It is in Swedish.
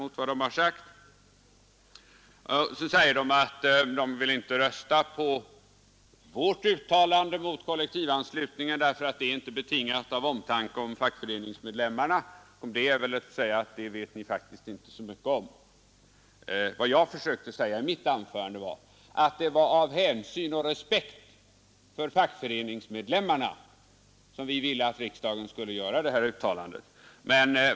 Men sedan förklarade de att de inte vill rösta på vårt uttalande mot kollektivanslutningen därför att det inte skulle vara betingat av omtanke om fackföreningsmedlemmarna. Om detta är väl att säga: Det vet ni faktiskt inte så mycket om! Jag försökte tvärtom säga i mitt anförande att det var av hänsyn och respekt för fackföreningsmedlemmarna som vi ville att riksdagen skulle göra detta uttalande.